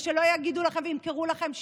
ושלא יגידו לכם וימכרו לכם שטויות.